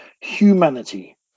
Humanity